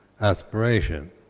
aspiration